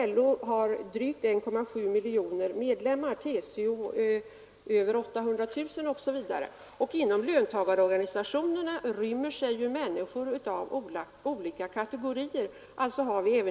LO har drygt 1,7 miljoner medlemmar, TCO över 800 000 medlem mar osv. Inom lön tagarorganisationerna ryms också människor av olika kategorier.